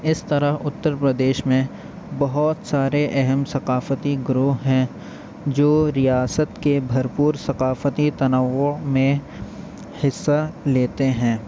اس طرح اتر پردیش میں بہت سارے اہم ثقافتی گروہ ہیں جو ریاست کے بھرپور ثقافتی تنوع میں حصہ لیتے ہیں